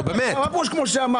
מה פירוש כמו שאמרת?